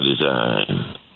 design